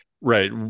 Right